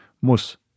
muss